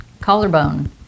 Collarbone